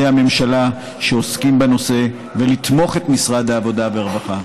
הממשלה שעוסקים בנושא ולתמיכה במשרד העבודה והרווחה.